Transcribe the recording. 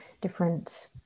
different